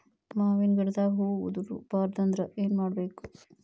ಮಾವಿನ ಗಿಡದಾಗ ಹೂವು ಉದುರು ಬಾರದಂದ್ರ ಏನು ಮಾಡಬೇಕು?